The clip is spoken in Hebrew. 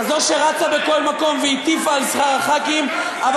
כזו שרצה בכל מקום והטיפה על שכר חברי הכנסת,